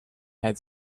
had